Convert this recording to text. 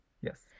yes